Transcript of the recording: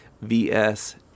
vs